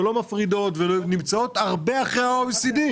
לא מפרידות ונמצאות הרבה אחרי ה-OECD.